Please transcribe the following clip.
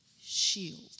shield